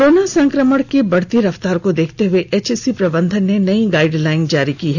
corona संक्रमण की बढ़ती रफ्तार को देखते हुए एचइसी प्रबंधन ने नयी गाइडलाइन जारी की है